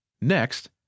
Next